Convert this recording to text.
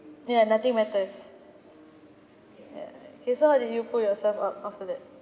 ya nothing matters ya okay so how did you pull yourself up after that